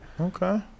Okay